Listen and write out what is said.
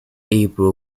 april